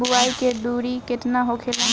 बुआई के दूरी केतना होखेला?